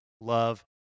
love